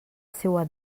seua